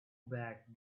bad